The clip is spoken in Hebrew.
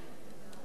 אינו נוכח